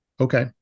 Okay